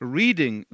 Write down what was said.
reading